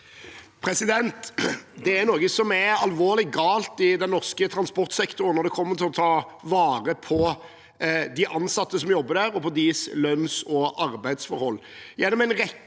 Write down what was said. Det er noe som er alvorlig galt i den norske transportsektoren når det gjelder å ta vare på de ansatte som jobber der, og deres lønns- og arbeidsforhold.